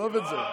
עזוב את זה.